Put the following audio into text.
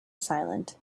silent